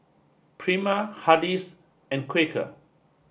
Prima Hardy's and Quaker